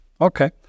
Okay